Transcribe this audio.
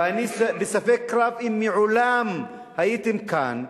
ואני בספק רב אם מעולם הייתם כאן.